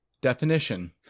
Definition